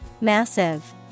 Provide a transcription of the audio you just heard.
MASSIVE